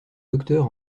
docteur